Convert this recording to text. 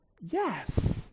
Yes